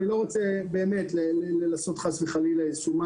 אני לא רוצה לעשות משהו,